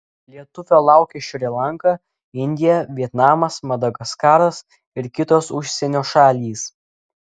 lietuvio laukia šri lanka indija vietnamas madagaskaras ir kitos užsienio šalys